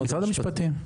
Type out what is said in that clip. משרד המשפטים.